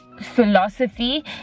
Philosophy